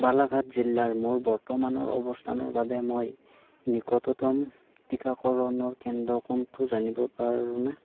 বালাঘাট জিলাৰ মোৰ বৰ্তমানৰ অৱস্থানৰ বাবে মই নিকটতম টিকাকৰণৰ কেন্দ্ৰ কোনটো জানিব পাৰোঁনে